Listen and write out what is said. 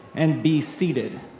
and be seated.